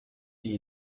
sie